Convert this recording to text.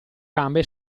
gambe